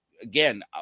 Again